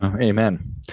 Amen